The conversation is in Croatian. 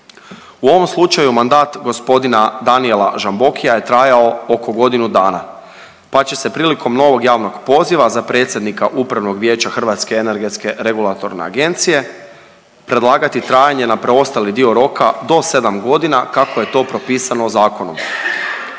U ovom slučaju, mandat g. Danijela Žambokija je trajao oko godinu dana pa će se prilikom novog javnog poziva za predsjednika Upravnog vijeća HERA-e predlagati trajanje na preostali dio roka do 7 godina kako je to propisano zakonom.